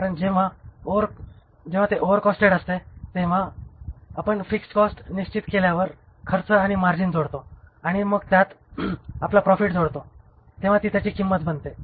कारण जेव्हा ते ओव्हर कॉस्टेट असते तेव्हा तेव्हा आपण फिक्स्ड कॉस्ट निश्चित केल्यावर खर्च आणि मार्जिन जोडतो आणि त्यात जेव्हा आपला प्रॉफिट जोडतो तेव्हा ती त्याची किंमत बनते